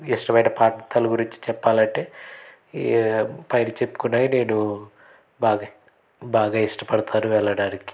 ఇష్టమైన ప్రాంతాల గురించి చెప్పాలంటే ఈ పైన చెప్పుకున్నవి నేను బాగ బాగా ఇష్టపడతాను వెళ్ళడానికి